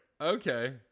Okay